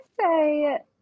say